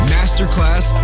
Masterclass